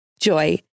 Joy